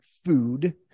Food